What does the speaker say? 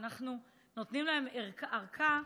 שאנחנו נותנים להם ארכה.